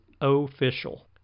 official